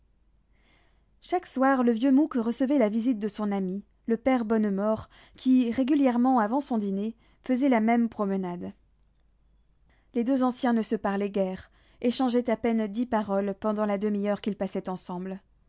chaque soir le vieux mouque recevait la visite de son ami le père bonnemort qui régulièrement avant son dîner faisait la même promenade les deux anciens ne se parlaient guère échangeaient à peine dix paroles pendant la demi-heure qu'ils passaient ensemble